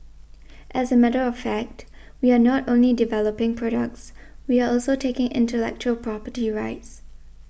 as a matter of fact we are not only developing products we are also taking intellectual property rights